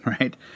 right